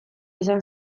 izan